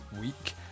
week